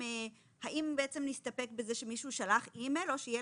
האם נסתפק בזה שמישהו שלח אימייל או שיהיה